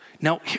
Now